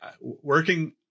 working